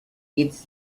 its